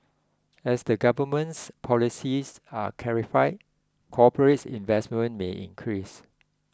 as the government's policies are clarified corporate investment may increase